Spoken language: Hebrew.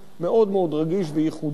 מאוד מאוד רגיש וייחודי,